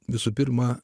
visų pirma